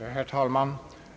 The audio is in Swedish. Herr talman!